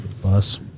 Plus